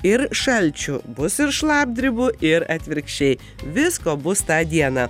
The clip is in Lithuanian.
ir šalčių bus ir šlapdribų ir atvirkščiai visko bus tą dieną